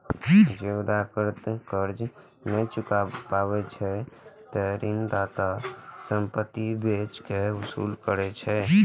जौं उधारकर्ता कर्ज नै चुकाय पाबै छै, ते ऋणदाता संपत्ति बेच कें वसूली कैर सकै छै